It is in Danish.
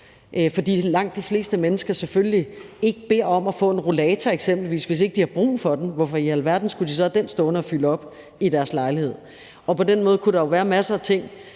For langt de fleste mennesker beder eksempelvis ikke om at få en rollator, hvis ikke de har brug for den; hvorfor i alverden skulle de så have den til at stå og fylde i deres lejlighed? På den måde kunne der jo være masser af ting,